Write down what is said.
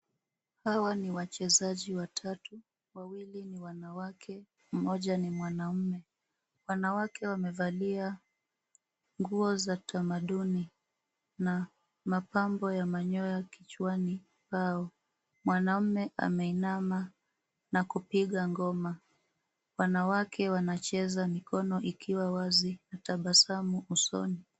Hawa ni wachezaji watatu, wawili ni wanawake ,mmoja ni mwanaume . Wanawake wamevalia nguo za tamaduni na mapambo ya manyoya kichwani pao. Mwanaume ameinama na kupiga ngoma. Wanawake wanacheza mikono ikiwa wazi na tabasamu usoni.